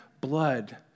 blood